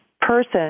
person